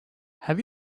have